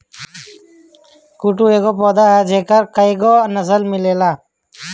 कुटू एगो पौधा ह जेकर कएगो नसल मिलेला